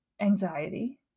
anxiety